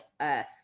earth